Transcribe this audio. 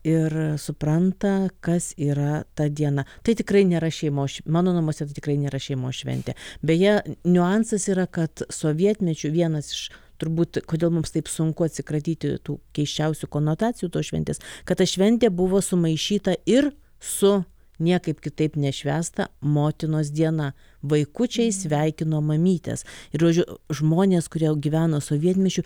ir supranta kas yra ta diena tai tikrai nėra šeimos mano namuose tai tikrai nėra šeimos šventė beje niuansas yra kad sovietmečiu vienas iš turbūt kodėl mums taip sunku atsikratyti tų keisčiausių konotacijų tos šventės kad ta šventė buvo sumaišyta ir su niekaip kitaip nešvęsta motinos diena vaikučiai sveikino mamytes ir žodžiu žmonės kurie gyveno sovietmečiu